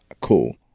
Cool